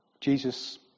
Jesus